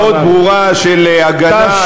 מאוד ברורה של הגנה,